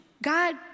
God